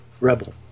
rebel